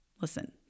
Listen